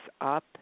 up